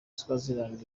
swaziland